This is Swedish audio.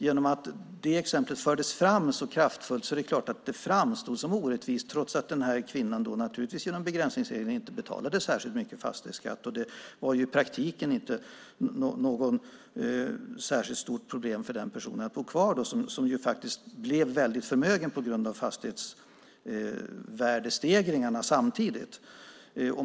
Genom att det exemplet fördes fram så kraftfullt framstod det som orättvist trots att kvinnan genom begränsningsregeln inte betalade särskilt mycket i fastighetsskatt. Det var i praktiken inte något särskilt stort problem för den personen att bo kvar som samtidigt blev väldigt förmögen på grund av fastighetsvärdestegringarna.